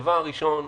הדבר הראשון,